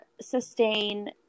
sustain